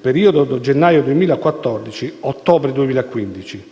tra il gennaio 2014 e l'ottobre 2015.